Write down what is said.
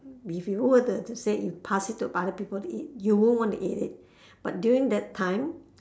if you were to to say if pass it to other people to eat you won't want to eat it but during that time